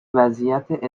وضعیت